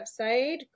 website